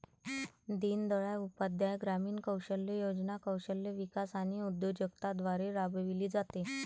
दीनदयाळ उपाध्याय ग्रामीण कौशल्य योजना कौशल्य विकास आणि उद्योजकता द्वारे राबविली जाते